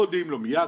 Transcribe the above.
מודיעים לו מיד,